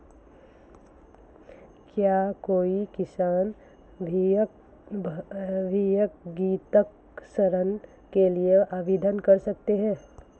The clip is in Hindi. क्या कोई किसान व्यक्तिगत ऋण के लिए आवेदन कर सकता है?